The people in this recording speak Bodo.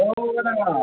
औ आदा